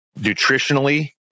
nutritionally